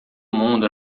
mundo